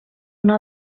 una